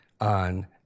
on